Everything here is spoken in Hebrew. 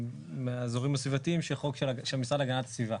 מהאזורים הסביבתיים של חוק של המשרד להגנת הסביבה.